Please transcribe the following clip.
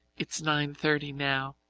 it's nine-thirty now.